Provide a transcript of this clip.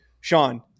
Sean